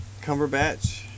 Cumberbatch